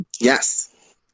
Yes